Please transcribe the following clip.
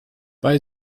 bei